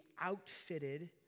outfitted